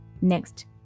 Next